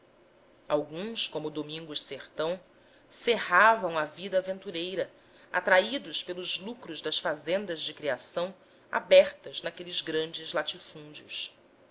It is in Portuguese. alguns como domingos sertão cerravam a vida aventureira atraídos pelos lucros das fazendas de criação abertas naqueles grandes latifúndios